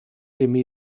teme